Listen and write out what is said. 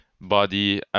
body